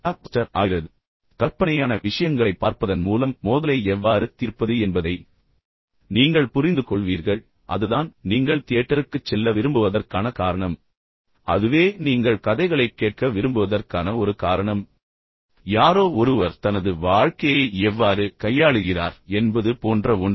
எனவே இந்தக் கண்ணோட்டத்தில் நீங்கள் பார்த்தால் கற்பனையான விஷயங்களைப் பார்ப்பதன் மூலம் மோதலை எவ்வாறு தீர்ப்பது என்பதை நீங்கள் தெரிந்து கொள்ள விரும்புவது போன்றது என்பதை நீங்கள் புரிந்துகொள்வீர்கள் அதுதான் நீங்கள் தியேட்டருக்குச் செல்ல விரும்புவதற்கான காரணம் அதுவே அதுவே நீங்கள் கதைகளைக் கேட்க விரும்புவதற்கான ஒரு காரணம் நீங்கள் கிசுகிசுக்களில் கூட ஈடுபட இது ஒரு காரணம் யாரோ ஒருவர் தனது வாழ்க்கையை எவ்வாறு கையாளுகிறார் என்பது போன்ற ஒன்று